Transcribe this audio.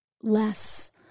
less